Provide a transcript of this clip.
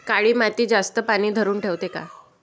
काळी माती जास्त पानी धरुन ठेवते का?